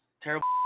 terrible